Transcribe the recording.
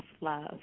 love